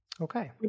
Okay